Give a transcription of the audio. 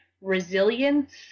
resilience